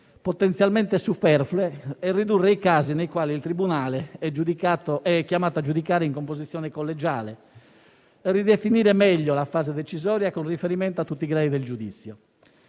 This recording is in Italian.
potenzialmente superflue, ridurre i casi nei quali il tribunale è chiamato a giudicare in composizione collegiale e ridefinire meglio la fase decisoria, con riferimento a tutti i gradi del giudizio.